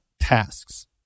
tasks